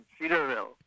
Cedarville